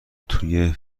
توی